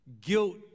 guilt